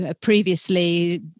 previously